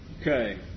Okay